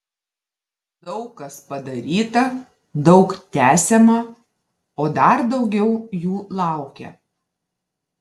daug kas padaryta daug tęsiama o dar daugiau jų laukia